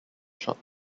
shot